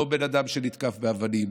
לא בן אדם שהותקף באבנים,